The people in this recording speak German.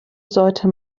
sollte